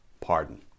pardon